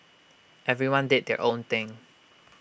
everyone did their own thing